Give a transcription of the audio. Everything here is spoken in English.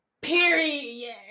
Period